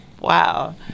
Wow